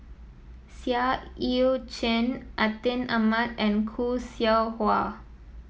Seah Eu Chin Atin Amat and Khoo Seow Hwa